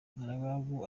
umugaragu